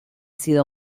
sido